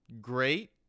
great